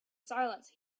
silence